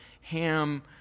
Ham